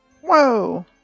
Whoa